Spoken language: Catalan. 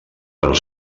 però